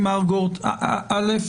א',